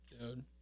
Dude